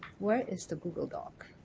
where is the google doc?